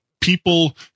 people